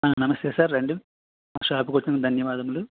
నమస్తే సార్ రండి మా షాప్కి వచ్చినందుకు ధన్యవాదములు